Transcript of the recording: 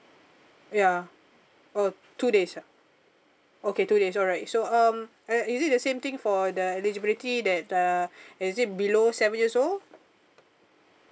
ya oh two days ah okay two days alright so um uh is it the same thing for the eligibility that uh is it below seven years old